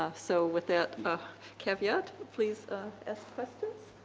ah so with that ah caveat, please ask questions.